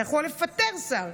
אתה יכול לפטר שר.